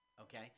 Okay